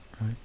right